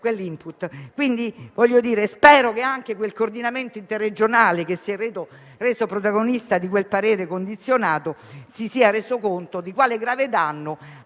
quindi che il Coordinamento interregionale, che si è reso protagonista di quel parere condizionato, si sia reso conto di quale grave danno